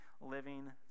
living